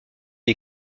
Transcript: les